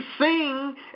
sing